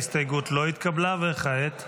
ההסתייגות לא התקבלה, וכעת?